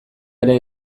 ere